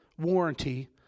warranty